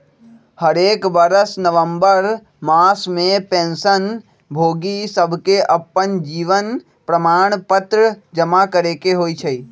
हरेक बरस नवंबर मास में पेंशन भोगि सभके अप्पन जीवन प्रमाण पत्र जमा करेके होइ छइ